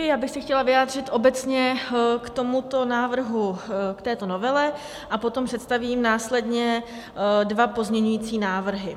Já bych se chtěla vyjádřit obecně k tomuto návrhu, k této novele, a potom představím následně dva pozměňovací návrhy.